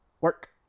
Work